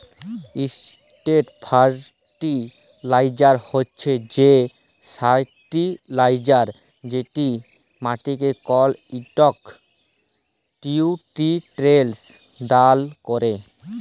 straight fertilizer হছে সে fertilizer যেট মাটিকে কল ইকট লিউটিরিয়েল্ট দাল ক্যরে